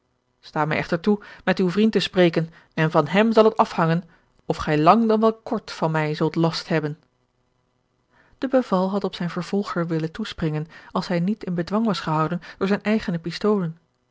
sta mij echter toe met uw vriend te spreken en van hem zal het afhangen of gij lang dan wel kort van mij zult last hebben de beval had op zijn vervolger willen toespringen als hij niet in bedwang was gehouden door zijne eigene pistolen